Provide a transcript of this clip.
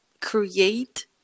create